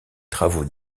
travaux